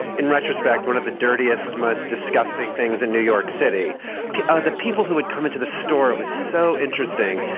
in retrospect, one of the dirtiest, most disgusting things in new york city are the people who would come into the store. it was so interesting.